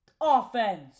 offense